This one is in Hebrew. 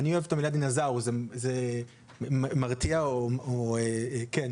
אני אוהב את המילה "דינוזאור", זה מרתיע או, כן.